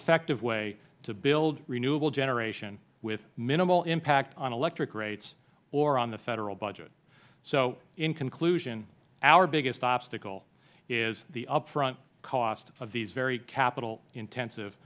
effective way to build renewable generation with minimal impact on electric rates or on the federal budget so in conclusion our biggest obstacle is the upfront cost of these very capital intensive